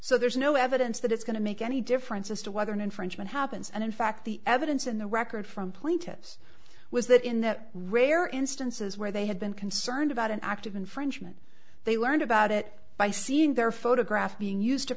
so there's no evidence that it's going to make any difference as to whether an infringement happens and in fact the evidence in the record from plaintiffs was that in that rare instances where they had been concerned about an act of infringement they learned about it by seeing their photograph being used to